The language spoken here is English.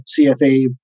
CFA